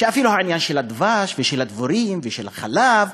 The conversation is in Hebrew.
שאפילו ענייני הדבש והדבורים והחלב,